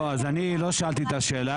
לא, אז אני לא שאלתי את השאלה.